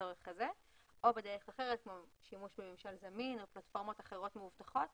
לצורך הזה או בדרך אחרת כמו שימוש בממשל זמין או פלטפורמות אחרות מאובטחות